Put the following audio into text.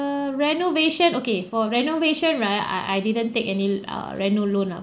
the renovation okay for renovation right I I didn't take any err reno loan ah